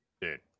Dude